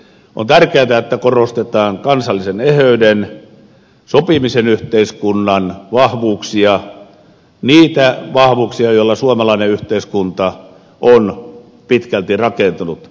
on tärkeätä että korostetaan kansallisen eheyden sopimisen yhteiskunnan vahvuuksia niitä vahvuuksia joilla suomalainen yhteiskunta on pitkälti rakentunut